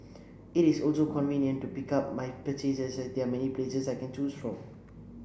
it is also convenient to pick up my purchases as there are many places I can choose from